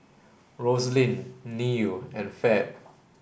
Roslyn Neal and Fed